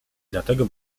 dlatego